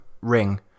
ring